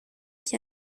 qui